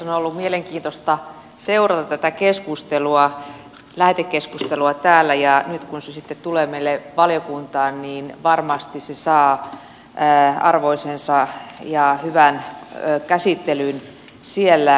on ollut mielenkiintoista seurata tätä lähetekeskustelua täällä ja nyt kun se sitten tulee meille valiokuntaan niin varmasti se saa arvoisensa ja hyvän käsittelyn siellä